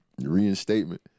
reinstatement